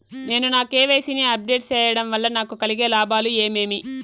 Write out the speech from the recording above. నేను నా కె.వై.సి ని అప్ డేట్ సేయడం వల్ల నాకు కలిగే లాభాలు ఏమేమీ?